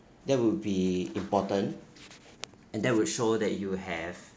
that would be important and that would show that you have